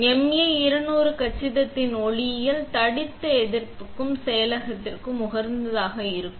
MA200 கச்சிதியின் ஒளியியல் தடித்த எதிர்க்கும் செயலாக்கத்திற்கு உகந்ததாக இருக்கும்